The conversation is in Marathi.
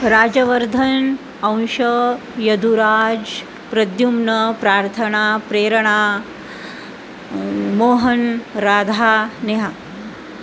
राजवर्धन अंश यदुराज प्रद्युम्न प्रार्थना प्रेरणा मोहन राधा नेहा